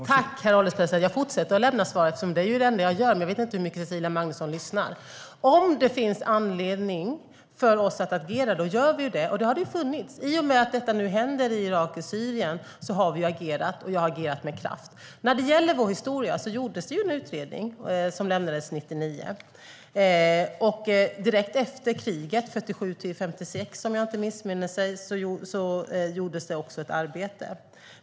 Herr ålderspresident! Jag fortsätter att lämna svar. Det är det enda jag gör. Men jag vet inte hur mycket Cecilia Magnusson lyssnar. Om det finns anledning för oss att agera gör vi det, och det har funnits anledning. I och med att detta nu händer i Irak och i Syrien har vi agerat, och vi har agerat med kraft. När det gäller vår historia gjordes det en utredning som lämnades 1999. Direkt efter kriget - 1947-1956, om jag inte missminner mig - gjordes det ett arbete.